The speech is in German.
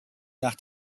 nach